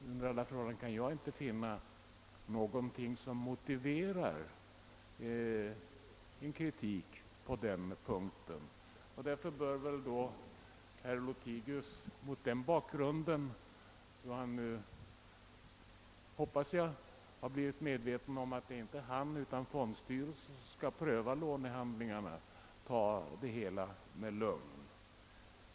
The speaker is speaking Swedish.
Under alla förhållanden kan jag inte finna någonting som motiverar en kritik på den punkten. Mot den bakgrunden hoppas jag att herr Lothigius, när han blivit medveten om att det inte är han utan fondstyrelsen som skall pröva lånehandlingarna, skall ta det hela med lugn.